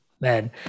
man